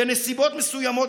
ובנסיבות מסוימות,